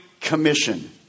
Commission